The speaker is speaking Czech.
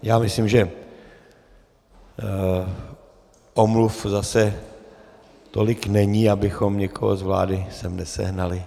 Já myslím, že omluv zase tolik není, abychom někoho z vlády sem nesehnali.